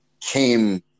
came